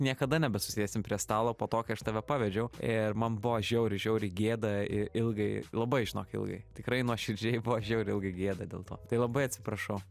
niekada nebesusėsim prie stalo po to kai aš tave pavedžiau ir man buvo žiauriai žiauriai gėda ilgai labai žinok ilgai tikrai nuoširdžiai buvo žiauriai ilgai gėda dėl to tai labai atsiprašau